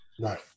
Right